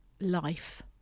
life